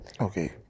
Okay